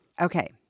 Okay